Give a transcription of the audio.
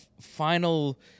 final